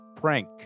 prank